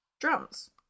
drums